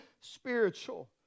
spiritual